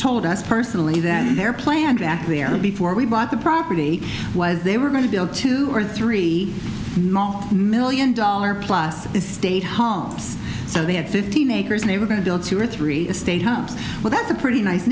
told us personally that their plan back there before we bought the property was they were going to build two or three million dollar plus estate homes so they had fifteen acres and they were going to build two or three estate homes well that's a pretty nice